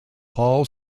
paul